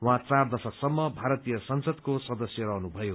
उहाँ चार दशकसम्म भारतीय संसदको सदस्य रहनुभयो